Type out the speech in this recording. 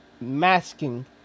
masking